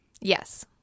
yes